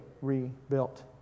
rebuilt